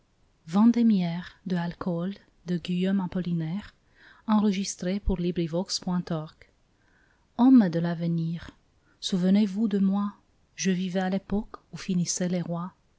le vent hommes de l'avenir souvenez-vous de moi je vivais à l'époque où finissaient les rois